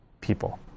people